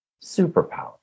superpower